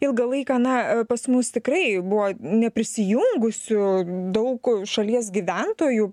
ilgą laiką na pas mus tikrai buvo neprisijungusių daug šalies gyventojų